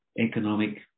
economic